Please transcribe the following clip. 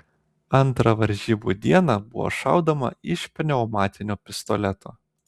antrą varžybų dieną buvo šaudoma iš pneumatinio pistoleto